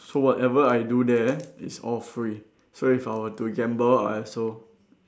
so whatever I do there it's all free so if I were to gamble I also